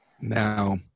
Now